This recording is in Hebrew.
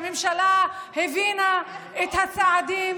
ושהממשלה הבינה את הצעדים,